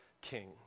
king